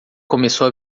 começou